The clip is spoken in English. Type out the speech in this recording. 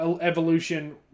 evolution